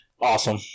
awesome